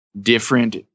different